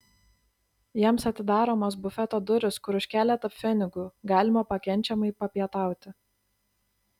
jiems atidaromos bufeto durys kur už keletą pfenigų galima pakenčiamai papietauti